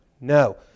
No